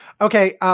Okay